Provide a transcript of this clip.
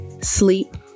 sleep